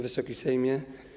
Wysoki Sejmie!